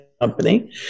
company